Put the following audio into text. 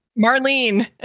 Marlene